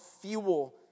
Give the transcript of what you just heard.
fuel